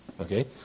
Okay